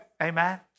Amen